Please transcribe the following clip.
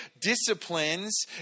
disciplines